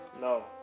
No